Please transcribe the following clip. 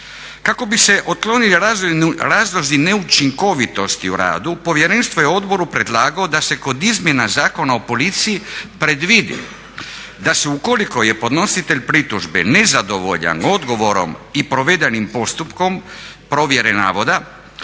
Kako bi se otklonili razlozi neučinkovitosti u radu povjerenstvo je odboru predlagalo da se kod izmjena Zakona o policiji predvidi da se ukoliko je podnositelj pritužbe nezadovoljan odgovorom i provedenim postupkom provjere navoda